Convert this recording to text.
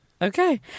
Okay